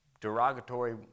derogatory